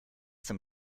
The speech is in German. zum